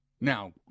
Now